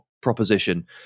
proposition